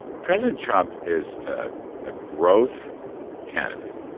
president trump is a ah growth candidate.